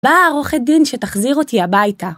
באה עורכת דין שתחזיר אותי הביתה.